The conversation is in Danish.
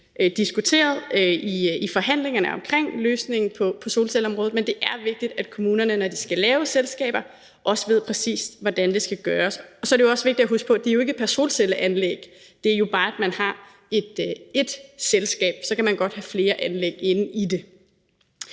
diskuteret i forhandlingerne omkring løsningen på solcelleområdet, men det er vigtigt, at kommunerne, når de skal lave selskaber, også ved, præcis hvordan det skal gøres. Så er det også vigtigt at huske på, at det jo ikke er pr. solcelleanlæg. Når bare man har ét selskab, kan man godt have flere anlæg inde i det.